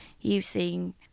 using